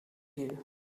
you